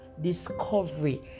discovery